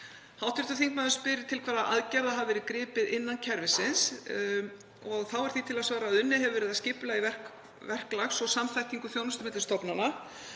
Hv. þingmaður spyr til hvaða aðgerða hafi verið gripið innan kerfisins. Þá er því til að svara að unnið hefur verið að skipulagi verklags og samþættingu þjónustu á milli stofnana.